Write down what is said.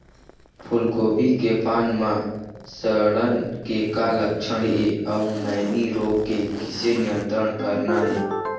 फूलगोभी के पान म सड़न के का लक्षण ये अऊ मैनी रोग के किसे नियंत्रण करना ये?